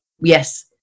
Yes